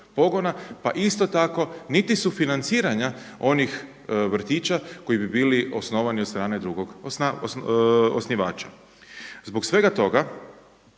pa isto tako niti su financiranja onih vrtića koji bi bili osnovani od strane drugog osnivača. Zbog svega toga,